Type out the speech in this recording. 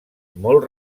molt